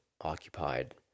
occupied